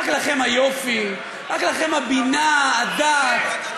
רק לכם היופי, רק לכם הבינה, הדעת.